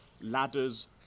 ladders